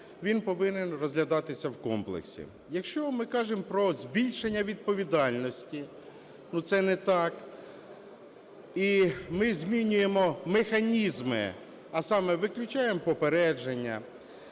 він повинен розглядатися в комплексі. Якщо ми кажемо про збільшення відповідальності, це не так. І ми змінюємо механізми, а саме: виключаємо попередження;